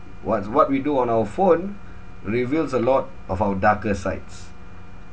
what's what we do on our phone reveals a lot of our darker sites